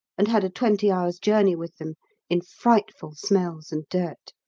and had a twenty hours' journey with them in frightful smells and dirt.